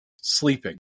sleeping